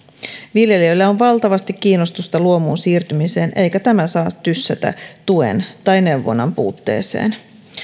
viljelijöillä on valtavasti kiinnostusta luomuun siirtymiseen eikä tämä saa tyssätä tuen tai neuvonnan puutteeseen